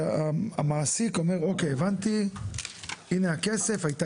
והמעסיק אומר אוקיי הבנתי הנה הכסף הייתה